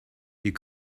you